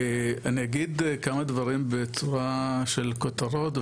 אני אגיד כמה דברים בצורה של כותרות,